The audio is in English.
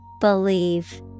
Believe